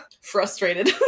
frustrated